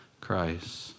Christ